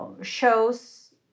shows